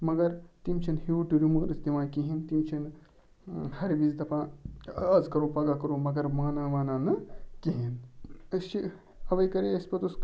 مگر تِم چھِنہٕ ہیوٗٹُہ روٗمٲرٕس دِوان کِہیٖنۍ تِم چھِنہٕ ہَر وِزِ دَپان آز کَرو پَگاہ کَرو مگر مانان وانان نہٕ کِہیٖنۍ أسۍ چھِ اَوَے کَرے اَسہِ پۄتٕس